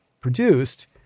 produced